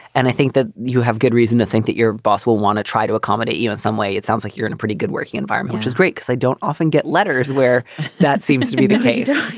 and i think that you have good reason to think that your boss will want to try to accommodate you in some way it sounds like you're in a pretty good working environment, which is great cause i don't often get letters where that seems to be the case.